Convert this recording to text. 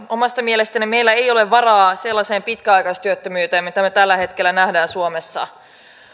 omasta mielestäni meillä ei ole varaa sellaiseen pitkäaikaistyöttömyyteen mitä me tällä tällä hetkellä näemme suomessa